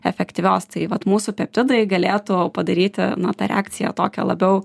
efektyvios tai vat mūsų peptidai galėtų padaryti na tą reakciją tokią labiau